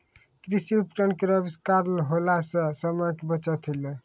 कृषि उपकरण केरो आविष्कार होला सें समय के बचत होलै